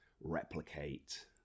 replicate